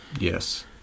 Yes